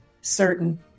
certain